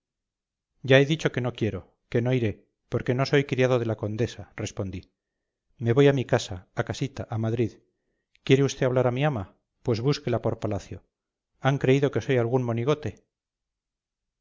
ya he dicho que no quiero que no iré porque no soy criado de la condesa respondí me voy a mi casa a mi casita a madrid quiere usted hablar a mi ama pues búsquela por palacio han creído que soy algún monigote